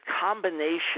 combination